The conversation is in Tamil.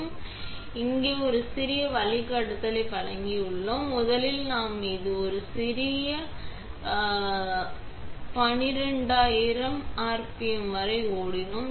அவர்கள் இங்கே ஒரு சிறிய வழிகாட்டுதலை வழங்கியுள்ளோம் முதலில் நாம் இந்த சிறிய பையனை 12000 வரை ஓடினோம்